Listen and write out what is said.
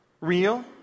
real